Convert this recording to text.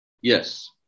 Yes